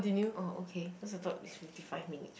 oh okay cause I thought is fifty five minutes